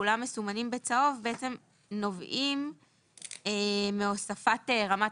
כולם מסומנים בצהוב נובעים מהוספת רמת